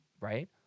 Right